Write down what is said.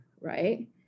right